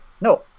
no